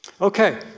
Okay